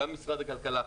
גם עם משרד הכלכלה,